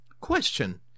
Question